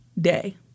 day